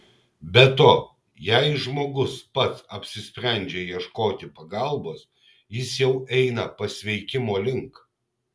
be to jei žmogus pats apsisprendžia ieškoti pagalbos jis jau eina pasveikimo link